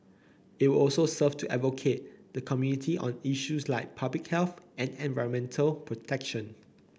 it will also serve to advocate the community on issues like public health and environmental protection